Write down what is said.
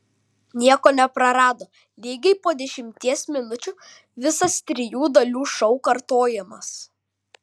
nieko neprarado lygiai po dešimties minučių visas trijų dalių šou kartojamas